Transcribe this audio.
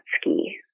ski